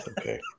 Okay